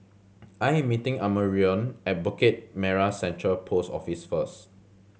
I am meeting Amarion at Bukit Merah Central Post Office first